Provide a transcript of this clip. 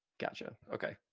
gotcha okay